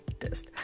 test